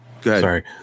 sorry